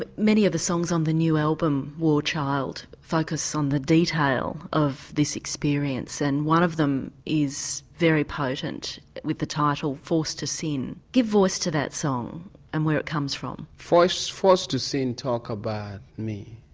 but many of the songs on the new album warchild focus on the detail of this experience and one of them is very potent with the title forced to sin. give voice to that song and where it comes from. forced forced to sin talks about me.